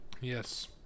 Yes